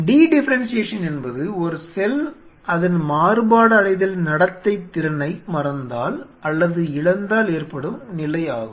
D differentiation என்பது ஒரு cell அதன் மாறுபாடடைதல் நடத்தை திறனை மறந்தால் அல்லது இழந்தால் ஏற்படும் நிலை ஆகும்